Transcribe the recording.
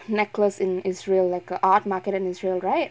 necklace in israel like a art market in israel right